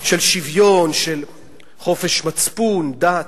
של שוויון, של חופש מצפון, דת,